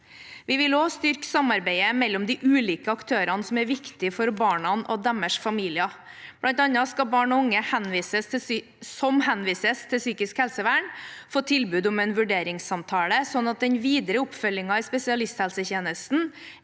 Vi vil også styrke samarbeidet mellom de ulike aktørene som er viktige for barna og deres familier. Blant annet skal barn og unge som henvises til psykisk helsevern, få tilbud om en vurderingssamtale, slik at den videre oppfølgingen i spesialisthelsetjenesten